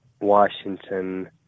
Washington